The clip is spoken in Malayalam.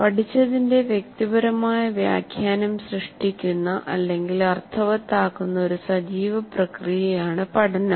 പഠിച്ചതിന്റെ വ്യക്തിപരമായ വ്യാഖ്യാനം സൃഷ്ടിക്കുന്ന അല്ലെങ്കിൽ അർത്ഥവത്താക്കുന്ന ഒരു സജീവ പ്രക്രിയയാണ് പഠനം